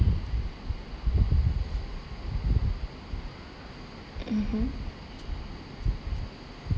mmhmm